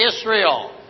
Israel